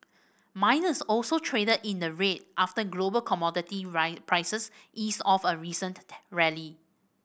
miners also traded in the red after global commodity prices eased off a recent rally